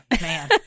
Man